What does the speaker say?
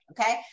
okay